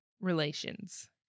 relations